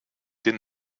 den